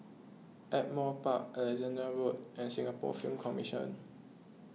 Ardmore Park Alexandra Road and Singapore Film Commission